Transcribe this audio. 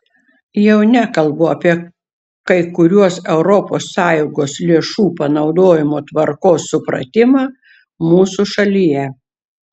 jau nekalbu apie kai kuriuos europos sąjungos lėšų panaudojimo tvarkos supratimą mūsų šalyje